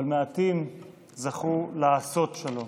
אבל מעטים זכו לעשות שלום.